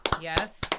Yes